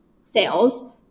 sales